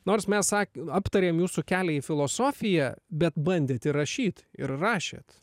nors mes sa aptarėm jūsų kelią į filosofiją bet bandėt ir rašyt ir rašėt